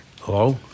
Hello